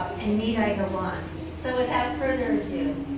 ah and need i go on. so without further adieu,